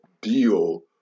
deal